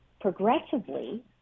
progressively